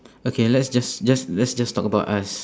okay let's just just let's just talk about us